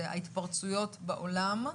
השיקולים הם ההתפרצויות בעולם,